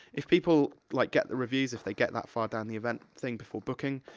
if people, like, get the reviews, if they get that far down the event thing before booking,